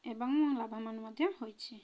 ଏବଂ ମୁଁ ଲାଭବାନ ମଧ୍ୟ ହୋଇଛି